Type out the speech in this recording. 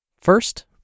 First